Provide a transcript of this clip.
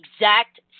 exact